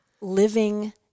living